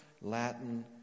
Latin